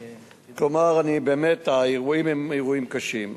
כלומר, האירועים הם אירועים קשים.